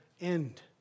end